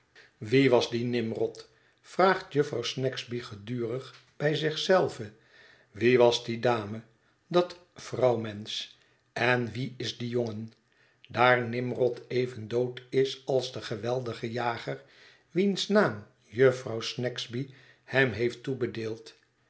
wie was die nimrod vraagt jufvrouw snagsby gedurig bij zich zelve wie was die dame dat vrouwmensch en wie is die jongen daar nimrod even dood is als de geweldige jager wiens naam jufvrouw snagsby hem heeft toebedeeld